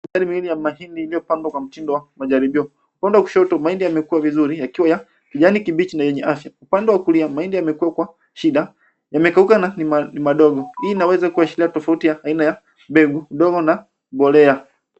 Mistali miwili ya mahindi iliyopandwa kwa mtindo wa majaribio. Upande wa kushoto mahindi yamekua vizuri yakiwa ya kijani kibichi na yenye afya. Upande wa kulia mahindi yamekua kwa shida yamekauka na ni madogo. Hii inaweza kuashiria tofauti ya aina ya mbegu, udongo na mbolea.